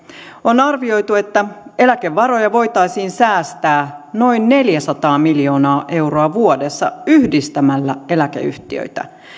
on arvioitu että eläkevaroja voitaisiin säästää noin neljäsataa miljoonaa euroa vuodessa yhdistämällä eläkeyhtiöitä